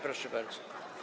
Proszę bardzo.